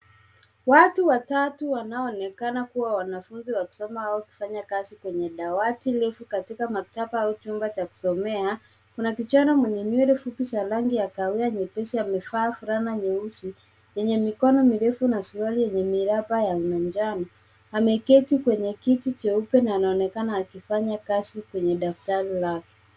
Watu watatu wanaoonekana kuwa wanafunzi wanaosoma au kufanya kazi kwenye dawati refu kutoka maktaba au chumba cha kusomea. Kuna kijana mwenye nywele fupi za rangi ya kahawia nyepesi amevaa fulana nyeusi yenye mikono mirefu na suruali ya miraba ya manjano. Ameketi kwenye kiti cheupe na anaonekana akifanya kazi kwenye daftari lake.